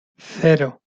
cero